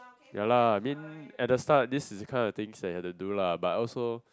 ya lah mean at the start this is the kind of things you had to do lah but also